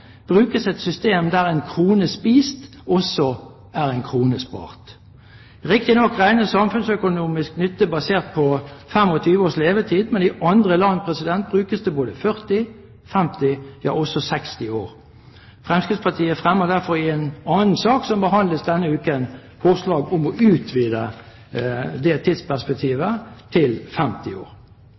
brukes et system der en krone spist også er en krone spart. Riktignok regnes samfunnsøkonomisk nytte basert på 25 års levetid, men i andre land brukes det både 40, 50 og også 60 år. Fremskrittspartiet fremmer derfor – i en annen sak som skal behandles denne uken – forslag om å utvide det tidsperspektivet, på inntil 50 år.